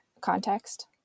context